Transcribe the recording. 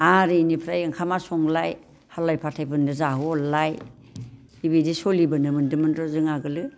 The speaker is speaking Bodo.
आरो बेनिफ्राय ओंखामा संलाय हालाय फाथायफोरनो जाहोहरलाय बेबायदि सोलिबोनो मोन्दोंमोनर' जों आगोलो